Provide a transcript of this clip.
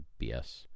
BS